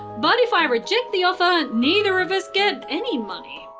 but if i reject the offer, neither of us get any money.